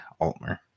Altmer